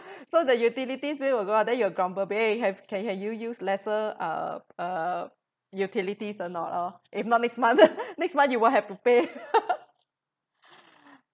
so the utilities bill will go up then you will grumble bae have can you use lesser uh uh utilities or not oh if not next month next month you will have to pay